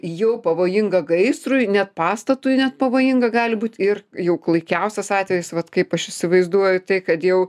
jau pavojinga gaisrui net pastatui net pavojinga gali būt ir jau klaikiausias atvejis vat kaip aš įsivaizduoju tai kad jau